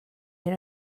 hyn